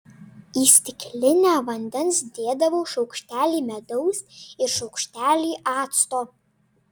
į stiklinę vandens dėdavau šaukštelį medaus ir šaukštelį acto